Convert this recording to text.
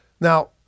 Now